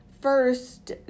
First